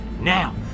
Now